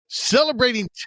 Celebrating